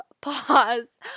pause